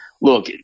Look